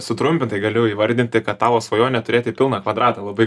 sutrumpintai galiu įvardinti kad tavo svajonė turėti pilną kvadratą labai